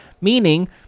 meaning